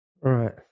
right